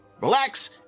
relax